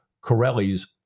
Corelli's